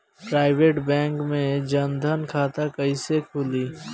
Private bank मे जन धन खाता कैसे खुली?